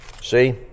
See